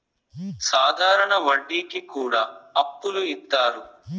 సాధారణ వడ్డీ కి కూడా అప్పులు ఇత్తారు